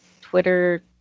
Twitter